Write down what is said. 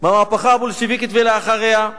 מהמהפכה הבולשביקית ולאחריה,